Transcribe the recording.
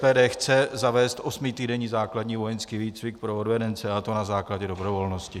SPD chce zavést osmitýdenní základní vojenský výcvik pro odvedence, a to na základě dobrovolnosti.